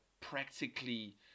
practically